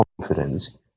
confidence